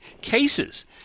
cases